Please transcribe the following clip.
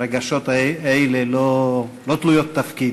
הרגשות האלה לא תלויי תפקיד.